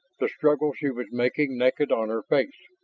the struggle she was making naked on her face.